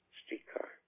streetcar